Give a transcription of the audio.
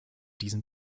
diesen